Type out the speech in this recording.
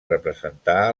representar